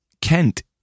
Kent